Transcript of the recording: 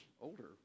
older